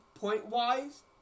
Point-wise